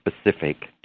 specific